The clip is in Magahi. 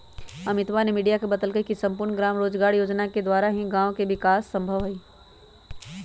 अमितवा ने मीडिया के बतल कई की सम्पूर्ण ग्राम रोजगार योजना के द्वारा ही गाँव के विकास संभव हई